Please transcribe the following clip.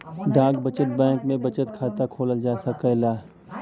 डाक बचत बैंक में बचत खाता खोलल जा सकल जाला